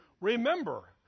Remember